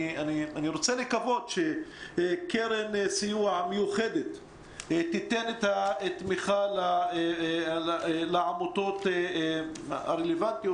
אני רוצה לקוות שקרן סיוע מיוחדת תיתן את התמיכה לעמותות הרלוונטיות,